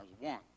One